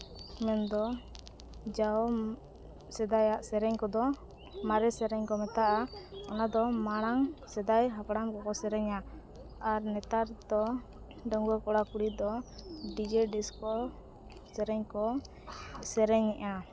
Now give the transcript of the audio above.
ᱢᱮᱱᱫᱚ ᱡᱟᱣ ᱥᱮᱫᱟᱭᱟᱜ ᱥᱮᱨᱮᱧ ᱠᱚᱫᱚ ᱢᱟᱨᱮ ᱥᱮᱨᱮᱧ ᱠᱚ ᱢᱮᱛᱟᱫᱼᱟ ᱚᱱᱟᱫᱚ ᱢᱟᱲᱟᱝ ᱥᱮᱫᱟᱭ ᱦᱟᱯᱲᱟᱢ ᱠᱚᱠᱚ ᱥᱮᱨᱮᱧᱟ ᱟᱨ ᱱᱮᱛᱟᱨ ᱫᱚ ᱰᱟᱺᱜᱩᱣᱟᱹ ᱠᱚᱲᱟᱼᱠᱩᱲᱤ ᱫᱚ ᱰᱤᱡᱮ ᱰᱤᱥᱠᱳ ᱥᱮᱨᱮᱧ ᱠᱚ ᱥᱮᱨᱮᱧᱮᱜᱼᱟ